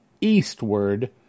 eastward